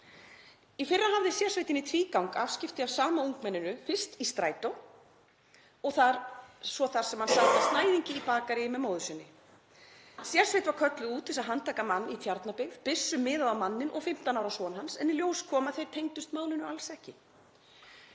Í fyrra hafði sérsveitin í tvígang afskipti af sama ungmenninu, fyrst í strætó og svo þar sem hann sat að snæðingi í bakaríi með móður sinni. Sérsveit var kölluð út til að handtaka mann í Tjarnabyggð, byssu miðað á manninn og 15 ára son hans en í ljós kom að þeir tengdust málinu alls ekki.